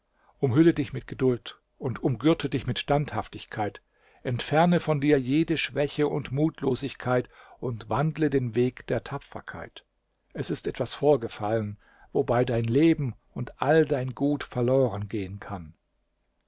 umhülle dich mit geduld und umgürte dich mit standhaftigkeit entferne von dir jede schwäche und mutlosigkeit und wandle den weg der tapferkeit es ist etwas vorgefallen wobei dein leben und all dein gut verloren gehen kann